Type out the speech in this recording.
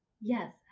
Yes